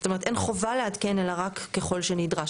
זאת אומרת, אין חובה לעדכן אלא רק ככל שנדרש.